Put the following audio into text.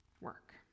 work